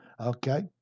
Okay